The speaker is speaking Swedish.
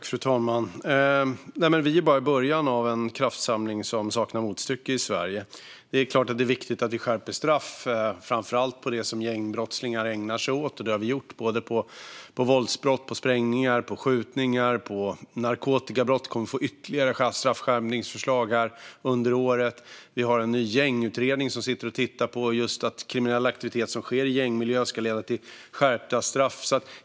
Fru talman! Vi är bara i början av en kraftsamling som saknar motstycke i Sverige. Det är klart att det är viktigt att vi skärper straff, framför allt för det som gängbrottslingar ägnar sig åt. Det har vi också gjort både när det gäller våldsbrott, sprängningar, skjutningar och narkotikabrott. Vi kommer att få ytterligare straffskärpningsförslag under året. Vi har en ny gängutredning som sitter och tittar på att kriminell aktivitet som sker i gängmiljö ska leda till skärpta straff.